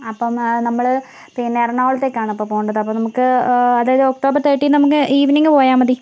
അപ്പോൾ നമ്മൾ പിന്നെ എറണാകുളത്തേക്കാണ് അപ്പോൾ പോകേണ്ടത് അപ്പോൾ നമുക്ക് അതായത് ഒക്ടോബർ തേർട്ടീൻത് നമുക്ക് ഈവനിങ് പോയാൽ മതി